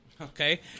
okay